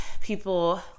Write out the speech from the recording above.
people